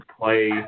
play